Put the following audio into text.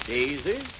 Daisy